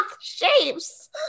shapes